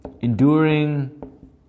Enduring